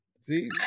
See